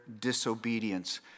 disobedience